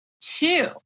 two